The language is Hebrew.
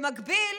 במקביל,